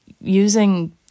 using